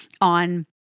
on